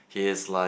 he is like